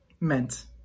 meant